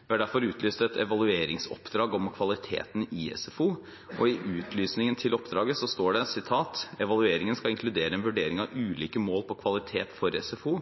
I utlysningen til oppdraget står det: «Evalueringen skal inkludere en vurdering av ulike mål på kvalitet på SFO